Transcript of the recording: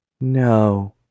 No